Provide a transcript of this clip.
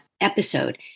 episode